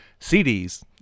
CDs